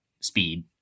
speed